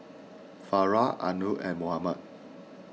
Farah Anuar and Muhammad